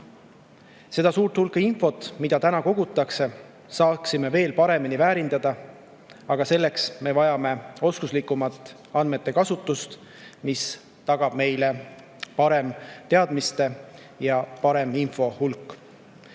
Seda suurt hulka infot, mida kogutakse, saaksime veel paremini väärindada. Aga selleks me vajame oskuslikumat andmete kasutust, mille tagavad meile paremad teadmised ja parem info hulk.